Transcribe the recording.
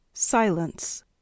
silence